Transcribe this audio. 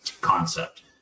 concept